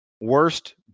Worst